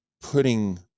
putting